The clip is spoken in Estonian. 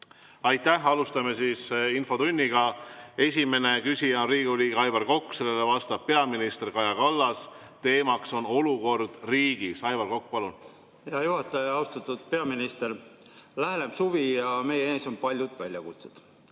palun! Alustame infotundi. Esimene küsija on Riigikogu liige Aivar Kokk, talle vastab peaminister Kaja Kallas ja teema on olukord riigis. Aivar Kokk, palun! Hea juhataja! Austatud peaminister! Läheneb suvi ja meie ees on palju väljakutseid: